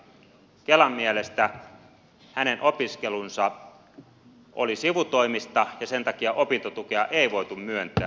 kelan mielestä hänen opiskelunsa oli sivutoimista ja sen takia opintotukea ei voitu myöntää